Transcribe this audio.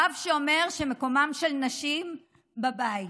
רב שאומר שמקומן של נשים בבית,